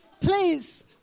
please